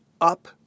up